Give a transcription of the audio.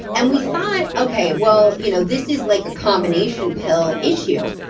and we thought, okay, well, you know this is like a combination pill issue.